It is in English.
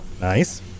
nice